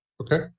Okay